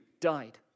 died